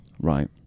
Right